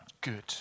good